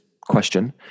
question